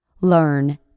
learn